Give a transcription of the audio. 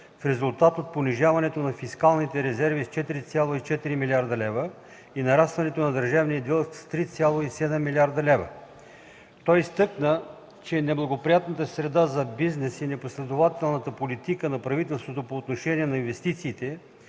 в резултат от понижаването на фискалните резерви с 4,4 млрд. лв. и нарастването на държавния дълг с 3,7 млрд. лв. Той изтъкна, че неблагоприятната среда за бизнес и непоследователната политика на правителството по отношение на инвестициите